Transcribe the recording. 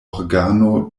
organo